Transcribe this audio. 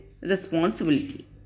responsibility